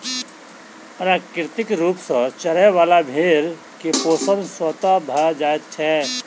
प्राकृतिक रूप सॅ चरय बला भेंड़ के पोषण स्वतः भ जाइत छै